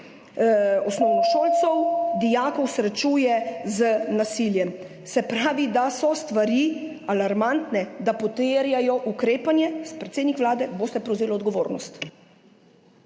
osnovnošolcev, dijakov srečuje z nasiljem. Se pravi, da so stvari alarmantne, da terjajo ukrepanje. Predsednik Vlade, boste prevzeli odgovornost?